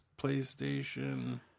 PlayStation